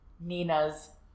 nina's